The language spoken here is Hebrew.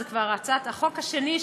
זו כבר הצעת החוק השנייה,